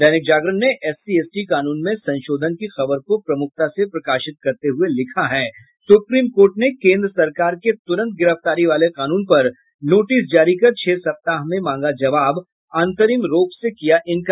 दैनिक जागरण ने SC ST कानून में संशोधन की खबर को प्रमुखता से प्रकाशित करते हुये लिखा है सुप्रीम कोर्ट ने केंद्र सरकार के तुरंत गिरफ्तारी वाले कानून पर नोटिस जारी कर छह सप्ताह में मांगा जवाब अंतरिम रोक से किया इन्कार